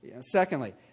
Secondly